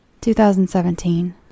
2017